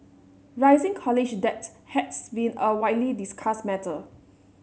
rising college debt has been a widely discussed matter